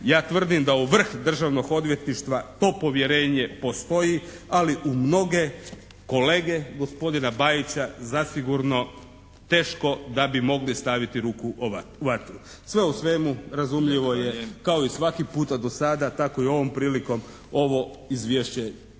Ja tvrdim da u vrh Državnog odvjetništva to povjerenje postoji, ali u mnoge kolege, gospodina Bajića zasigurno teško da bi mogli staviti ruku u vatru. Sve u svemu razumljivo je kao i svaki puta do sada tako i ovom prilikom ovo izvješće